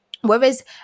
Whereas